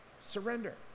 surrender